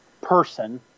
person